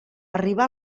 arribà